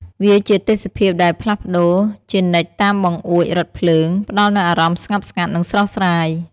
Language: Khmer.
វាជាទេសភាពដែលផ្លាស់ប្តូរជានិច្ចតាមបង្អួចរថភ្លើង ផ្ដល់នូវអារម្មណ៍ស្ងប់ស្ងាត់ និងស្រស់ស្រាយ។